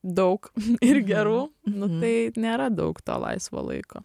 daug ir gerų nu tai nėra daug to laisvo laiko